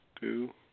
two